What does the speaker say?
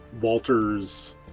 Walter's